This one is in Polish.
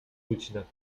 godzinach